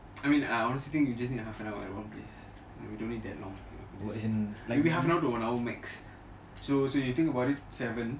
I mean I honestly think we just need half an hour at one place we don't need that long to just maybe one hour to half an hour max so if you think about it seven